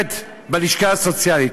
מוכרת בלשכה הסוציאלית.